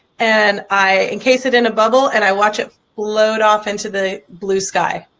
and i encase it in a bubble and i watch it load off into the blue sky.